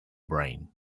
brain